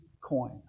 coin